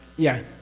yeah,